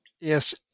Yes